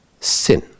sin